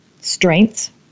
strengths